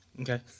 Okay